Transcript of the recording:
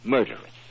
Murderous